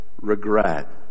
regret